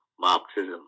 Marxism